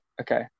Okay